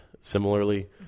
similarly